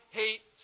hate